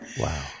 Wow